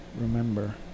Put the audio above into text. remember